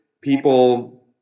people